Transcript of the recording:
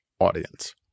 audience